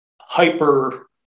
hyper